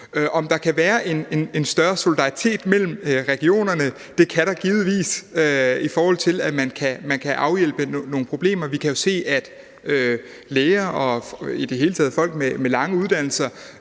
Kan der så være en større solidaritet mellem regionerne? Det kan der givetvis, i forhold til at man kan afhjælpe nogle problemer. Vi kan jo se, at der, hvad angår læger og i det hele taget folk med lange uddannelser,